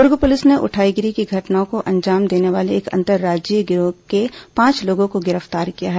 दुर्ग police ने उठाईगिरी की घटनाओं को अंजाम देने वाले एक अंतरराज्यीय गिरोह के पांच लोगों को गिरफ्तार किया है